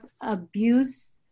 abuse